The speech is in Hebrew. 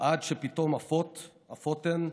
"עד שפתאום עפות הן,